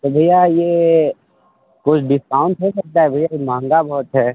तो भैया ये कुछ डिस्काउंट हो सकता है भैया क्योंकि महंगा बहुत है